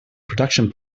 production